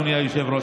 אדוני היושב-ראש,